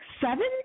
seven